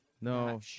No